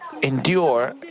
Endure